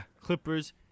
Clippers